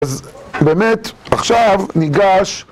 אז, באמת, עכשיו, ניגש...